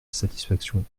satisfaction